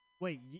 wait